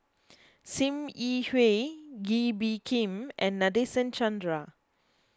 Sim Yi Hui Kee Bee Khim and Nadasen Chandra